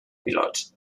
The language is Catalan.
pilots